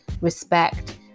respect